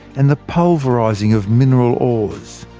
and the pulverising of mineral ores.